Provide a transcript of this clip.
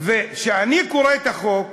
וכשאני קורא את החוק,